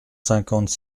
cinquante